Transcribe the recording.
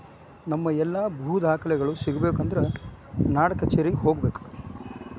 ನಮ್ಮ ಎಲ್ಲಾ ಭೂ ದಾಖಲೆಗಳು ಸಿಗಬೇಕು ಅಂದ್ರ ನಾಡಕಛೇರಿಗೆ ಹೋಗಬೇಕು